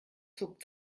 zog